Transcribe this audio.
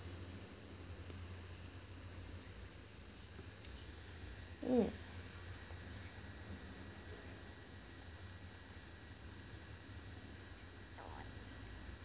mm